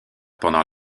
pendant